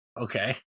Okay